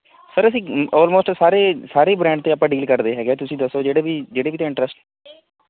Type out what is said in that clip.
sir ਅਸੀਂ almost ਸਾਰੇ ਸਾਰੇ ਬ੍ਰੈਂਡ ਦੇ ਆਪਾਂ ਡੀਲ ਕਰਦੇ ਹੈਗੇ ਹੈ ਤੁਸੀਂ ਦੱਸੋ ਜਿਹੜੇ ਵੀ ਜਿਹੜੇ ਵੀ ਤੋਂ ਇੰਨਟ੍ਰਸਟ